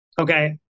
Okay